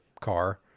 car